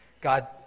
God